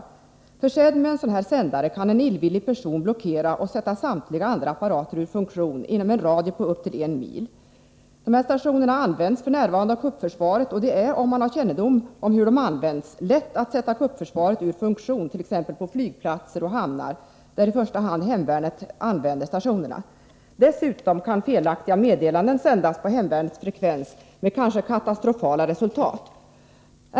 RE 5 påarbetsmark Försedd med en sådan sändare kan en illvillig person blockera och sätta — naden samtliga andra apparater ur funktion inom en radie på upp till en mil. De här stationerna används f.n. av kuppförsvaret, och det är - om man har kännedom om hur de används — lätt att sätta kuppförsvaret ur funktion, t.ex. på flygplatser och i hamnar, där i första hand hemvärnet använder stationerna. Dessutom kan felaktiga meddelanden sändas på hemvärnets frekvens med kanske katastrofala resultat.